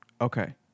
Okay